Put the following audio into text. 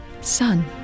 son